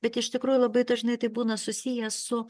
bet iš tikrųjų labai dažnai tai būna susiję su